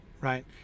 right